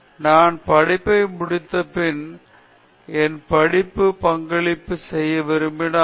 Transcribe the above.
அஷ்ரப் நான் படிப்பை முடித்தபின் என் படிப்புக்கு பங்களிப்பு செய்ய விரும்பினேன்